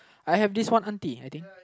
I have this one auntie I think